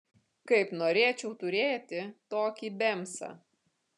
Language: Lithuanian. kaip norėčiau turėti tokį bemsą